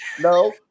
No